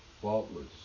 faultless